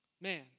Man